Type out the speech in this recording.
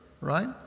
right